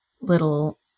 little